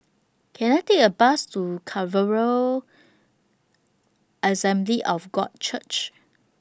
Can I Take A Bus to Assembly of God Church